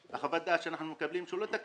חוות הדעת שאנחנו מקבלים אומרת שהוא לא תקין.